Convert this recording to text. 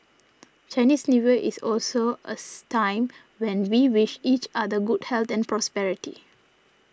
Chinese New Year is also as time when we wish each other good health and prosperity